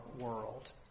world